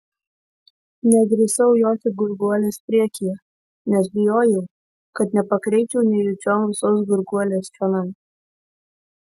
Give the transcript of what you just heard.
nedrįsau joti gurguolės priekyje nes bijojau kad nepakreipčiau nejučiom visos gurguolės čionai